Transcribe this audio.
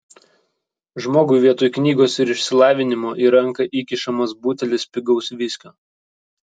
žmogui vietoj knygos ir išsilavinimo į ranką įkišamas butelis pigaus viskio